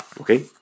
Okay